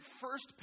first